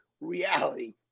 reality